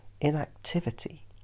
inactivity